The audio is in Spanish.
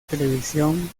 televisión